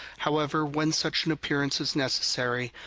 however when such an appearance is necessary,